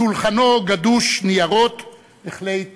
שולחנו גדוש ניירות וכלי כתיבה.